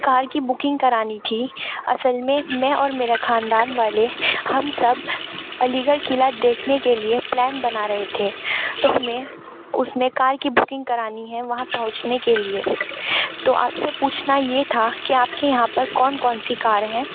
کار کی بکنگ کرانی تھی اصل میں میں اور میرا خاندان والے ہم سب علی گڑھ قلعہ دیکھنے کے لیے پلان بنا رہے تھے تو ہمیں اس میں کار کی بکنگ کرانی ہے وہاں پہنچنے کے لیے تو آپ سے پوچھنا یہ تھا کہ آپ کے یہاں پر کون کون سی کار ہیں